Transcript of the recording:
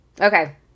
Okay